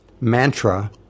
mantra